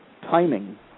timing